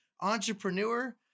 entrepreneur